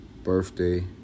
birthday